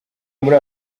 muri